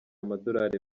amadorali